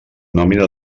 nòmina